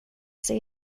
ser